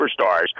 superstars